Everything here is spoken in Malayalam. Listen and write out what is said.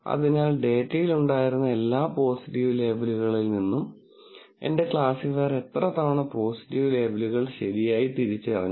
അതിനാൽ ഡാറ്റയിൽ ഉണ്ടായിരുന്ന എല്ലാ പോസിറ്റീവ് ലേബലുകളിൽ നിന്നും എന്റെ ക്ലാസിഫയർ എത്ര തവണ പോസിറ്റീവ് ലേബലുകൾ ശരിയായി തിരിച്ചറിഞ്ഞു